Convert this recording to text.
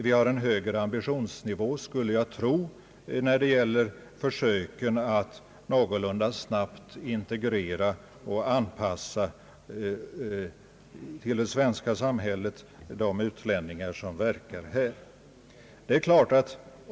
Vi har en högre ambitionsnivå, skulle jag tro, när det gäller att någorlunda snabbt integrera och anpassa i det svenska samhället de utlänningar som verkar här.